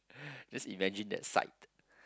just imagine that sight